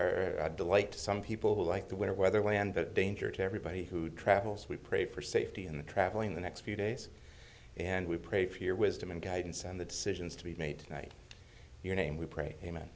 e a delight to some people like the weather weather way and the danger to everybody who travels we pray for safety in the traveling the next few days and we pray for your wisdom and guidance and the decisions to be made right your name we pray